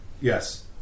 Yes